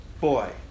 boy